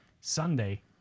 Sunday